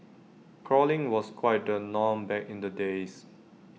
crawling was quite the norm back in the days